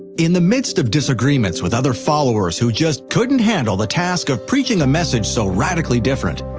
in the midst of disagreements with other followers who just couldn't handle the task of preaching a message so radically different,